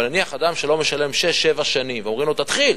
אבל נניח שאדם לא משלם שש-שבע שנים ואומרים לו: תתחיל,